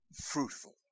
fruitful